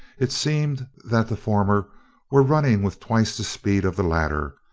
it seemed that the former were running with twice the speed of the latter,